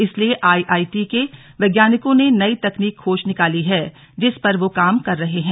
इसलिए आईआईटी के वैज्ञानिकों ने नई तकनीक खोज निकाली है जिस पर वो काम कर रहे हैं